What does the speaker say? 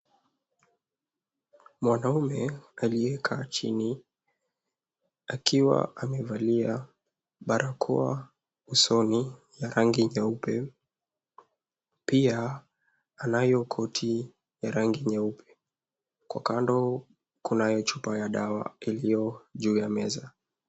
Mwanaume aliyekaa chini akiwa amevalia barakoa usoni ya rangi nyeupe, pia anayo koti ya rangi nyeupe. Kwa kando kunayo chupa ya dawa ilio juu ya meza.